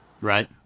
Right